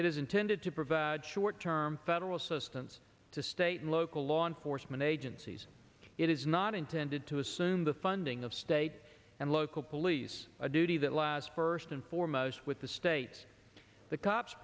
is intended to provide short term federal assistance to state and local law enforcement agencies it is not intended to assume the funding of state and local police a duty that last first and foremost with the states the cops